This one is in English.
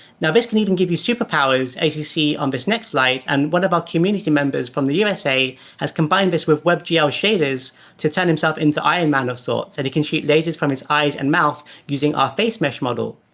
now, this can even give you superpowers, as you see on this next slide. and one of our community members from the usa has combined this with webgl shaders to turn himself into iron man of sorts. and he can shoot lasers from his eyes and mouth using our face mesh model.